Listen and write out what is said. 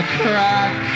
crack